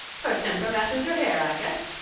her temper matches her hair i guess.